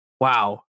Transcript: Wow